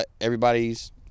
everybody's